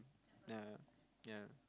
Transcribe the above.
yeah yeah